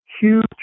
huge